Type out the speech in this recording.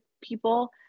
people